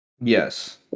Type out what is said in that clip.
Yes